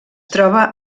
troba